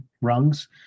rungs